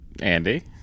andy